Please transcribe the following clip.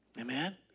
Amen